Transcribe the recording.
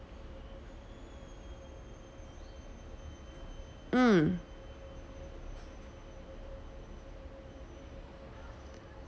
mm